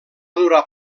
durar